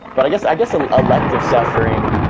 but i guess i guess ah elective suffering,